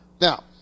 Now